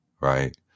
right